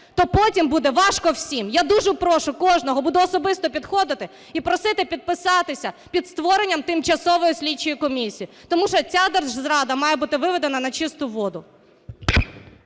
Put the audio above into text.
то потім буде важко всім. Я дуже прошу кожного, буду особисто підходити і просити підписатися під створенням тимчасової слідчої комісії, тому що ця держзрада має бути виведена на чисту воду.